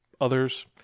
others